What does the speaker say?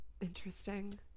Interesting